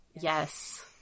Yes